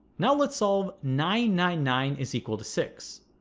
now let's solve nine nine nine is equal to six